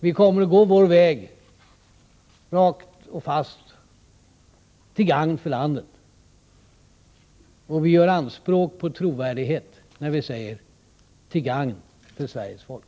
Vi kommer att gå vår väg rakt och fast, till gagn för landet, och vi gör anspråk på trovärdighet när vi säger: till gagn för Sveriges folk.